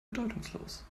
bedeutungslos